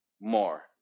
more